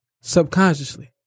subconsciously